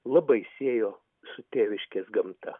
labai siejo su tėviškės gamta